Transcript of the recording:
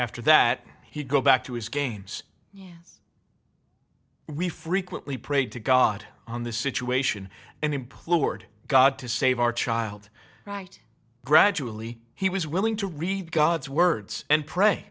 after that he go back to his games we frequently prayed to god on the situation and implored god to save our child right gradually he was willing to read god's words and pray